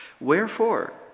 Wherefore